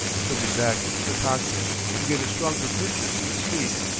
slipping back into the cockpit to get a stronger purchase with his feet.